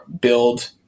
build